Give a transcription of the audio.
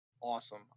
awesome